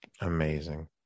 Amazing